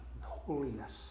holiness